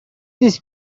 this